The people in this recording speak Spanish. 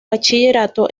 bachillerato